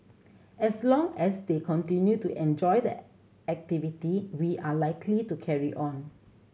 as long as they continue to enjoy the activity we are likely to carry on